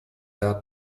that